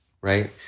Right